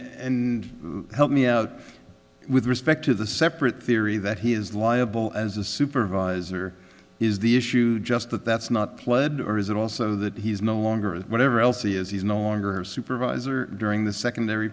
and help me out with respect to the separate theory that he is liable as a supervisor is the issue just that that's not pled or is it also that he is no longer that whatever else he is he's no longer a supervisor during the secondary